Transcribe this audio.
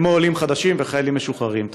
כמו עולים חדשים וחיילים משוחררים.